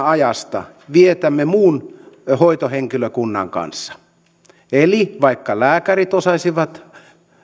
ajasta vietämme muun hoitohenkilökunnan kanssa eli vaikka lääkärit osaisivat